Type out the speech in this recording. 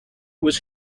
was